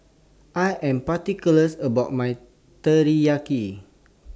I Am particular about My Teriyaki